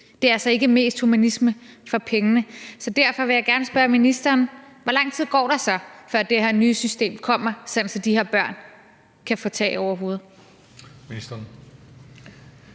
Det er altså ikke mest humanisme for pengene, så derfor vil jeg gerne spørge ministeren: Hvor lang tid går der så, før det her nye system kommer, sådan at de her børn kan få tag over hovedet?